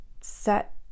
set